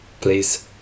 Please